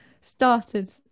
started